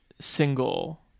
single